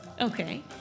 Okay